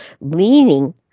leaning